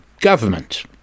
government